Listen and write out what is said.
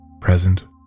present